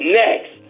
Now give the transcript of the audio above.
next